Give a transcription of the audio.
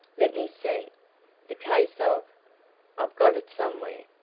let me see the case of i've got it somewhere,